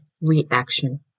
reaction